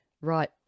right